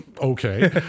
Okay